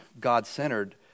God-centered